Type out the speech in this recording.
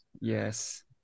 Yes